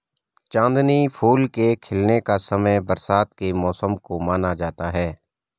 चांदनी फूल के खिलने का समय बरसात के मौसम को माना जाता है